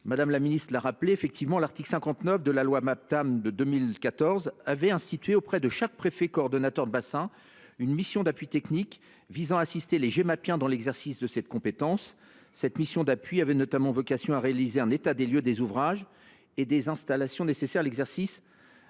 Mme la ministre l’a rappelé, en 2014, l’article 59 de la loi Maptam avait institué auprès de chaque préfet coordonnateur de bassin une mission d’appui technique visant à assister les gémapiens dans l’exercice de leur compétence. Cette mission d’appui avait notamment vocation à réaliser un état des lieux des ouvrages et des installations nécessaires à l’exercice